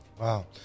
wow